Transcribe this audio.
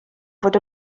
fod